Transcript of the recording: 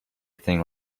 thing